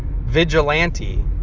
vigilante